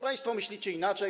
Państwo myślicie inaczej.